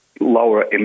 lower